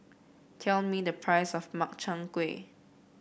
tell me the price of Makchang Gui